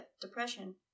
depression